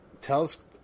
Tells